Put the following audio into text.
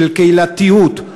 של קהילתיות,